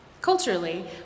Culturally